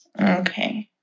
Okay